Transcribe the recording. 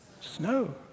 Snow